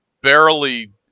barely